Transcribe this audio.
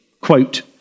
quote